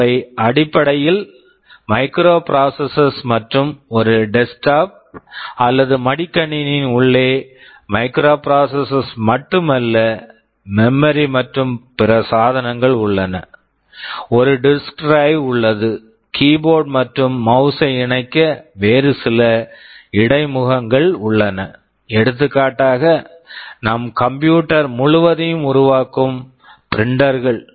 அவை அடிப்படையில் microprocessors microprocessors மற்றும் ஒரு டெஸ்க்டாப் desktop அல்லது மடிக்கணினி laptop யின் உள்ளே மைக்ரோபிராசஸர்ஸ் microprocessors மட்டுமல்ல மெமரி memory மற்றும் பிற சாதனங்கள் உள்ளன ஒரு டிஸ்க் டிரைவ் disk drive உள்ளது கீபோர்டு keyboard மற்றும் மௌஸ் mouse ஐ இணைக்க வேறு சில இடைமுகங்கள் உள்ளன எடுத்துக்காட்டாக நம் கம்ப்யூட்டர் computer முழுவதையும் உருவாக்கும் பிரிண்டர் printer கள்